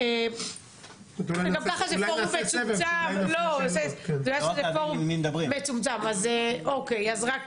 גם ככה זה פורום מצומצם, אז אוקיי, אז רק